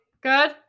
good